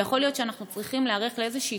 ויכול להיות שאנחנו צריכים להיערך לאיזושהי